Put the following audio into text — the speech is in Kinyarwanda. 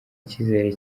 icyizere